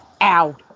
Ow